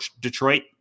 Detroit